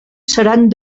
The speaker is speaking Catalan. seran